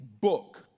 book